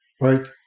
right